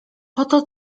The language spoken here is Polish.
oto